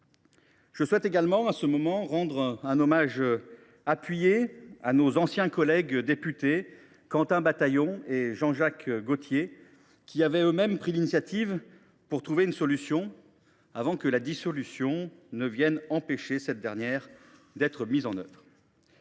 Je souhaite également rendre un hommage appuyé à nos anciens collègues députés, Quentin Bataillon et Jean Jacques Gaultier, qui avaient pris l’initiative de trouver une solution avant que la dissolution ne vienne en empêcher la mise en œuvre.